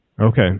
Okay